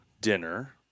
Dinner